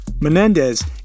Menendez